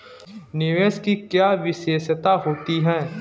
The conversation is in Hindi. निवेश की क्या विशेषता होती है?